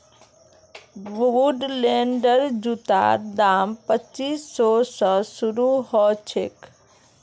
वुडलैंडेर जूतार दाम पच्चीस सौ स शुरू ह छेक